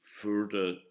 further